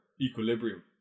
equilibrium